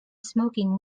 smoking